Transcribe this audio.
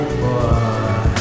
boy